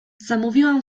zamówiłam